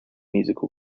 musical